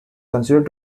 considered